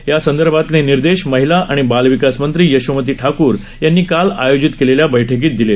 त्यासंदर्भातले निर्देश महिला आणि बालविकास मंत्री यशोमती ठाकूर यांनी काल आयोजित केलेल्या बैठकीत दिले